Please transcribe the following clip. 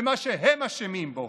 במה שהם אשמים בו.